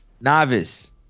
novice